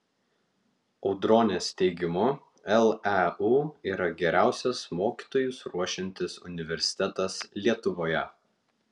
audronės teigimu leu yra geriausias mokytojus ruošiantis universitetas lietuvoje